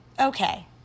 Okay